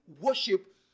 worship